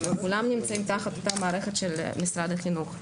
כולם נמצאים תחת אותה מערכת של משרד החינוך.